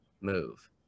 move